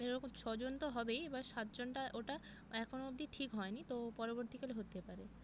ধরে রাখুন ছ জন তো হবেই এবার সাত জনটা ওটা এখনও অব্দি ঠিক হয় নি তো পরবর্তীকালে হতে পারে